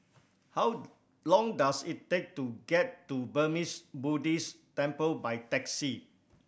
how long does it take to get to Burmese Buddhist Temple by taxi